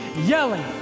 yelling